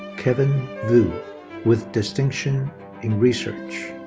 kevin vu with distinction in research.